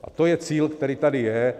A to je cíl, který tady je.